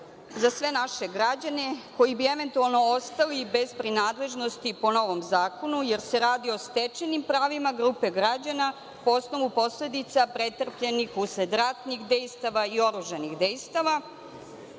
za sve naše građane koji bi eventualno ostali bez prinadležnosti po novom zakonu, jer se radi o stečenim pravima grupe građana po osnovu posledica pretrpljenih usled ratnih dejstava i oružanih dejstava,